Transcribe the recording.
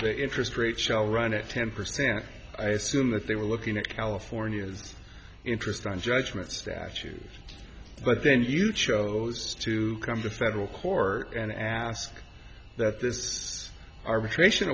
the interest rate shall run at ten percent i assume that they were looking at california's interest on judgment statute but then you chose to come the federal court and ask that this arbitration